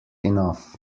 enough